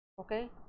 okay